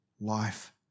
life